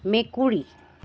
মেকুৰী